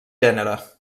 gènere